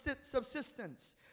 subsistence